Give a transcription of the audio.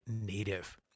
Native